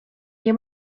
nie